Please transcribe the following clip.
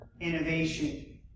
innovation